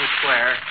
square